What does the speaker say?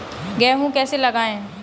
गेहूँ कैसे लगाएँ?